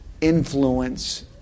influence